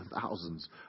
thousands